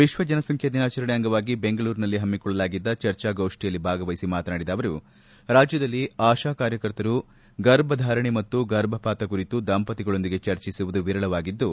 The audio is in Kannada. ವಿಶ್ವಜನಸಂಖ್ಯಾ ದಿನಾಚರಣೆ ಅಂಗವಾಗಿ ಬೆಂಗಳೂರಿನಲ್ಲಿ ಹಮ್ಮಿಕೊಳ್ಳಲಾಗಿದ್ದ ಚರ್ಚಾಗೋಷ್ಠಿಯಲ್ಲಿ ಭಾಗವಹಿಸಿ ಮಾತನಾಡಿದ ಅವರು ರಾಜ್ಯದಲ್ಲಿ ಆತಾಕಾರ್ಯಕರ್ತರು ಗರ್ಭಧಾರಣೆ ಮತ್ತು ಗರ್ಭಪಾತ ಕುರಿತು ದಂಪತಿಗಳೊಂದಿಗೆ ಚರ್ಚಿಸುವುದು ವಿರಳವಾಗಿದ್ದು